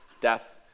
death